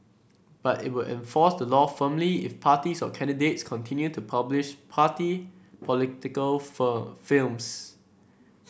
but it will enforce the law firmly if parties or candidates continue to publish party political firm films